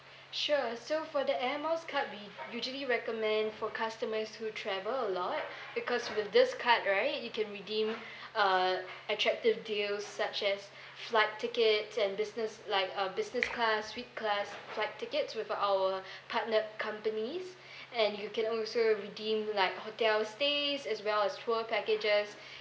sure so for the air miles card we usually recommend for customers who travel a lot because with this card right you can redeem uh attractive deals such as flight tickets and business like uh business class suite class flight tickets with our partner companies and you can also redeem like hotel stays as well as tour packages